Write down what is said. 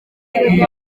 iyi